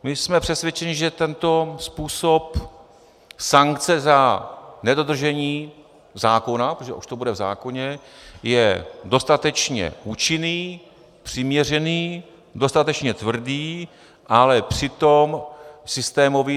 My jsme přesvědčeni, že tento způsob sankce za nedodržení zákona, protože už to bude v zákoně, je dostatečně účinný, přiměřený, dostatečně tvrdý, ale přitom systémový.